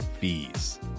fees